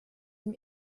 dem